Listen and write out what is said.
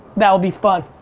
that'll be fun.